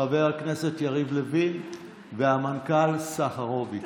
חבר הכנסת יריב לוין והמנכ"ל סחרוביץ'.